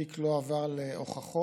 התיק לא עבר להוכחות